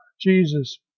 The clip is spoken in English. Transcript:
Jesus